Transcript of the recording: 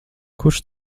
kurš